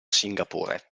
singapore